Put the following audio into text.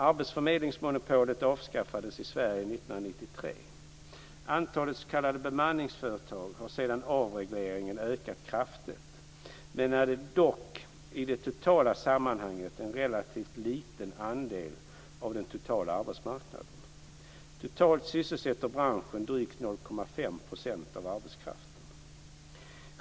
Arbetsförmedlingsmonopolet avskaffades i Sverige 1993. Antalet s.k. bemanningsföretag har sedan avregleringen ökat kraftigt, men är dock i det totala sammanhanget en relativt liten andel av hela arbetsmarknaden. Totalt sysselsätter branschen drygt 0,5 % av arbetskraften.